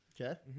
Okay